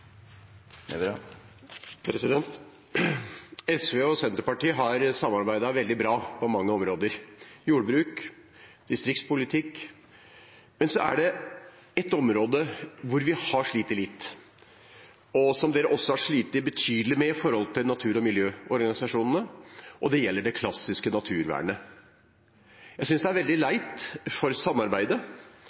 realisert disse prosjektene. SV og Senterpartiet har samarbeidet veldig bra på mange områder, som jordbruk og distriktspolitikk. Men så er det ett område hvor vi har slitt litt, og som de også har slitt betydelig med overfor natur- og miljøorganisasjonene, og det gjelder det klassiske naturvernet. Jeg synes det er veldig leit for samarbeidet,